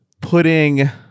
putting